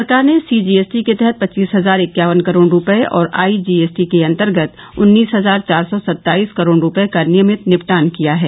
सरकार ने सीजीएसटी के तहत पच्चीस हजार इक्यावन करोड़ रुपये और आईजीएसटी के अंतर्गत उन्नीस हजार चार सौ सत्ताईस करोड़ रुपये का नियमित निपटान किया है